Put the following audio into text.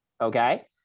okay